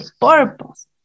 purpose